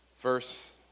verse